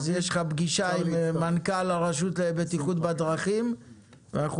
אז יש לך פגישה עם מנכ"ל הרשות לבטיחות בדרכים ואנחנו